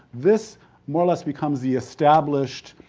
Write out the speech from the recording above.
this more or less becomes the established